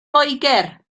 loegr